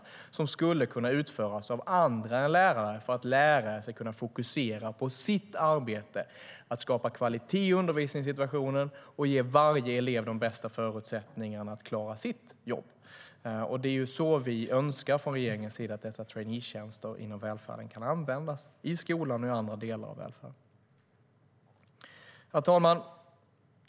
Dessa arbetsuppgifter skulle kunna utföras av andra än lärare så att lärarna skulle kunna fokusera på sitt arbete att skapa kvalitet i undervisningssituationen och ge varje elev de bästa förutsättningarna att klara sitt jobb. Det är så regeringen önskar att dessa traineetjänster kan användas i skolan och i andra delar av välfärden. Herr talman!